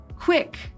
Quick